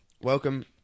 Welcome